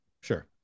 sure